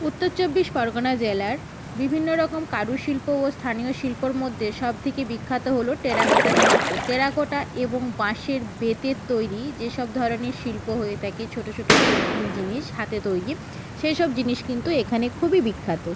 উত্তর চব্বিশ পরগনা জেলার বিভিন্ন রকম কারুশিল্প ও স্থানীয় শিল্পর মধ্যে সব থেকে বিখ্যাত হল টেরাকোটার শিল্প টেরাকোটা এবং বাঁশের বেতের তৈরি যেসব ধরনের শিল্প হয়ে থাকে ছোট ছোট শৌখিন জিনিস হাতে তৈরি সেই সব জিনিস কিন্তু এখানে খুবই বিখ্যাত